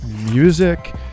music